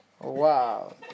Wow